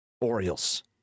Orioles